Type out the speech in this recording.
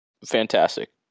fantastic